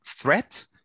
threat